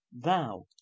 Thou